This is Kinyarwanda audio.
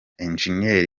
engineers